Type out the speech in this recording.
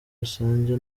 rusange